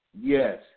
Yes